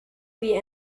wie